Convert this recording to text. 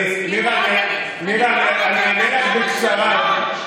אין בעיה, אני נורא רוצה לדעת למה שנה חיכיתם לנו.